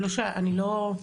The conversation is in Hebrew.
אני לא,